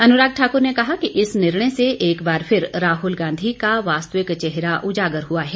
अनुराग ठाक्र ने कहा कि इस निर्णय से एक बार फिर राहुल गांधी का वास्तविक चेहरा उजागर हुआ है